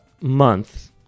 month